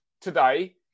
today